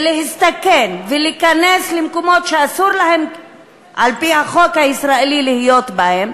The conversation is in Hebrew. להסתכן ולהיכנס למקומות שאסור להם על-פי החוק הישראלי להיות בהם,